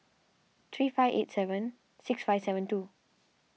three five eight seven six five seven two